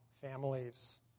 families